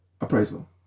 appraisal